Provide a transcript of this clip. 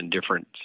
different